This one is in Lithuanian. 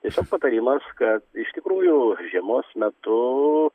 tiesiog patarimas kad iš tikrųjų žiemos metu